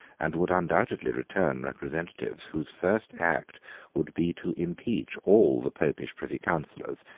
and would undoubtedly return representatives whose first act would be to impeach all the popish privy councillors,